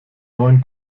neuen